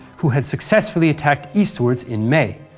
who had successfully attacked eastwards in may.